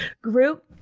group